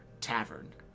Tavern